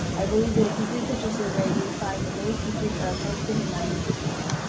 i believe that if you did such a survey, you would find that many teachers are opposed to him running the district.